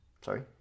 Sorry